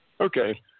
Okay